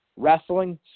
wrestling